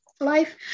life